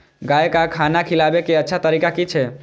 गाय का खाना खिलाबे के अच्छा तरीका की छे?